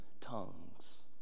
tongues